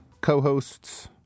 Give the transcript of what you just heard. co-hosts